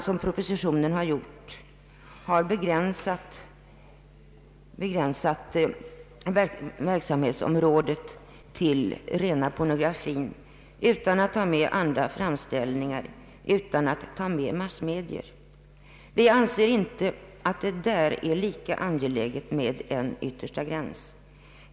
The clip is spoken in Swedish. I propositionen har det hela nu begränsats till att gälla pornografi. Man har där inte tagit med andra framställningsformer och massmedia. Vi anser inte att det där är lika angeläget med en yttersta gräns.